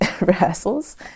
rehearsals